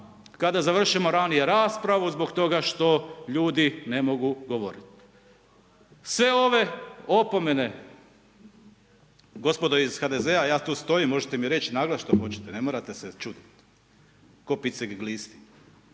kada završimo ranije raspravu zbog toga što ljudi ne mogu govorit. Sve ove opomene gospodo iz HDZ ja tu stojim možete mi reći naglas što hoćete, ne morate se čudit, ko picek glisti.